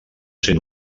sent